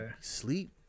sleep